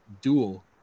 dual